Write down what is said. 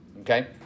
Okay